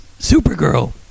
Supergirl